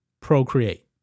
procreate